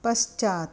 पश्चात्